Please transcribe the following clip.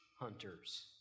hunters